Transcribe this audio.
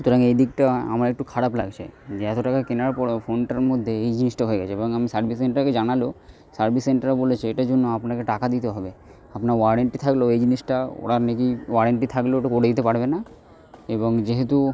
সুতরাং এই দিকটা আমার একটু খারাপ লাগছে যে এত টাকায় কেনার পরেও ফোনটার মধ্যে এই জিনিসটা হয়ে গেছে এবং আমি সার্ভিস সেন্টারকে জানালেও সার্ভিস সেন্টারও বলেছে এটার জন্য আপনাকে টাকা দিতে হবে আপনার ওয়ারেন্টি থাকলেও এই জিনিসটা ওরা নাকি ওয়ারেন্টি থাকলেও ওটা করে দিতে পারবে না এবং যেহেতু